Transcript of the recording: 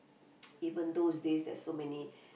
even those days there's so many